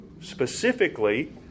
Specifically